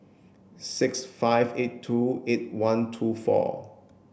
six five eight two eight one two four